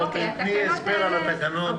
היועצת המשפטית של הוועדה, אנא הסבירי על הנושא.